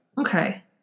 Okay